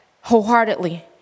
wholeheartedly